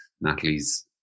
Natalie's